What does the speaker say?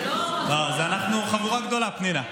אנחנו חבורה גדולה, פנינה.